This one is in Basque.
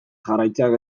jarraitzeak